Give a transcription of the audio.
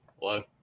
hello